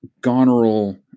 Goneril